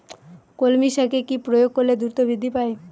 কলমি শাকে কি প্রয়োগ করলে দ্রুত বৃদ্ধি পায়?